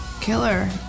killer